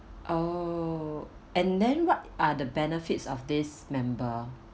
oh and then what are the benefits of this member